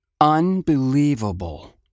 Unbelievable